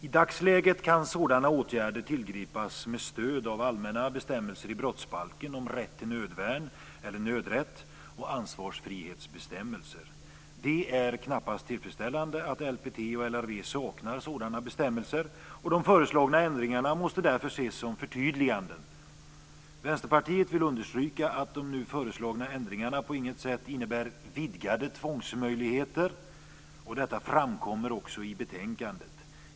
I dagsläget kan sådana åtgärder tillgripas med stöd av allmänna bestämmelser i brottsbalken om rätt till nödvärn eller nödrätt och ansvarsfrihetsbestämmelser. Det är knappast tillfredsställande att LPT och LRV saknar sådana bestämmelser, och de föreslagna ändringarna måste därför ses som förtydliganden. Vänsterpartiet vill understryka att de nu föreslagna ändringarna på intet sätt innebär vidgade tvångsmöjligheter. Detta framkommer också i betänkandet.